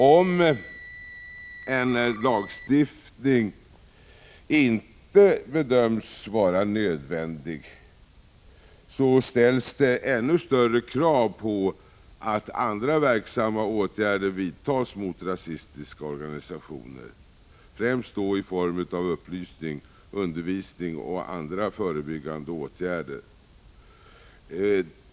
Om en lagstiftning inte bedöms vara nödvändig, ställs ännu större krav på att andra verksamma åtgärder vidtas mot rasistiska organisationer, främst i form av upplysning, undervisning och andra förebyggande åtgärder.